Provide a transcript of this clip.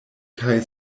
kaj